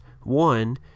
one